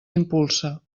impulsa